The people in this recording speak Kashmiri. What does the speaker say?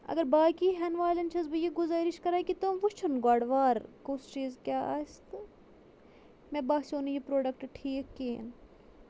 اَگر باقٕے ہٮ۪نہٕ والٮ۪ن چھَس بہٕ یہِ گُزٲرِش کران کہِ تِم وٕچھِنۍ گۄڈٕ وارٕ کُس چیٖز کیٛاہ آسہِ تہٕ مےٚ باسیو نہٕ یہِ پرٛوٚڈَکٹ ٹھیٖک کِہیٖنۍ